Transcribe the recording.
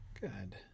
Good